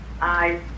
Aye